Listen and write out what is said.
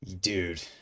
dude